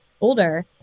older